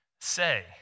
say